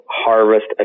harvest